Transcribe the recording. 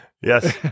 Yes